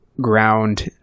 ground